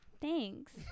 Thanks